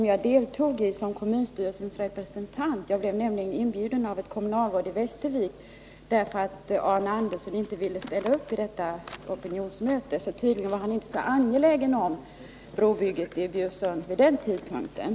Jag deltog i det som kommunstyrelsens representant. Jag blev nämligen inbjuden av ett kommunalråd i Västervik, därför att Arne Andersson inte ville ställa upp på opinionsmötet. Tydligen var han vid den tidpunkten inte så angelägen om brobygget vid Bjursundsström.